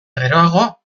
geroago